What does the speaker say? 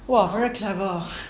!wow! very clever